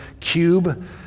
cube